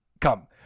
Come